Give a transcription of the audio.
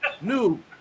new